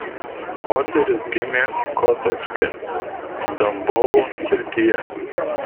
moteris gimė kotovske tambovo srityje